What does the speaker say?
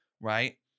right